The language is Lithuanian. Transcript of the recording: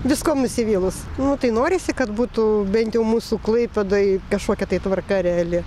viskuom nusivylus nu tai norisi kad būtų bent jau mūsų klaipėdai kažkokia tai tvarka reali